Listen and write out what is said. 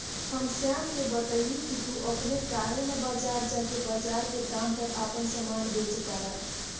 हम श्याम के बतएनी की तू अपने काहे ना बजार जा के बजार के दाम पर आपन अनाज बेच तारा